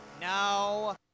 No